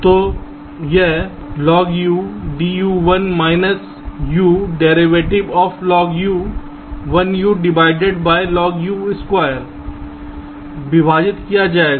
तो यह logU dU 1 minus U derivative of व् logU 1U divide by log U2 logU dU 1 minus U derivative of logU 1U divide by log U2 विभाजित किया जाएगा